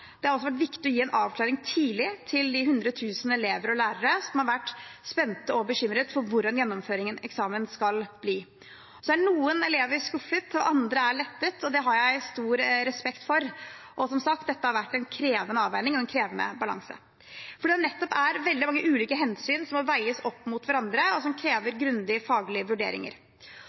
Det har også vært viktig å gi en avklaring tidlig til de 100 000 elever og lærere som har vært spent på og bekymret for hvordan gjennomføringen av eksamen skal bli. Så er noen elever skuffet, og andre er lettet, og det har jeg stor respekt for. Og som sagt: Dette har vært en krevende avveining og en krevende balanse, nettopp fordi det er veldig mange ulike hensyn som må veies opp mot hverandre, og som krever grundige, faglige vurderinger.